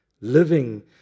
living